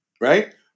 right